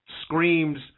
screams